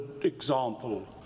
example